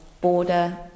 border